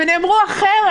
ונאמרו אחרת.